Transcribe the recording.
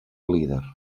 líder